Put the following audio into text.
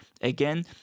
Again